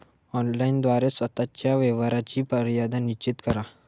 online द्वारे स्वतः च्या व्यवहाराची मर्यादा निश्चित करा